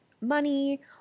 money